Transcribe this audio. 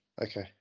Okay